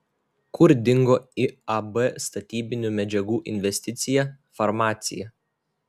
kur dingo iab statybinių medžiagų investicija farmacija